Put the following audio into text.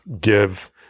give